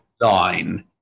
line